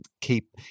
keep